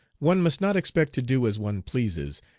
one must not expect to do as one pleases,